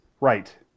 Right